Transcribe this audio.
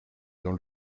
dans